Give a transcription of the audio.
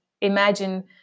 imagine